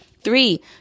Three